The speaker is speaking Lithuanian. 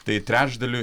tai trečdaliui